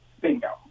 Bingo